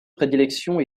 prédilection